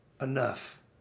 enough